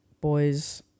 boys